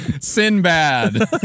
Sinbad